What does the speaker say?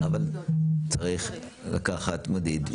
צריך לקחת מדיד,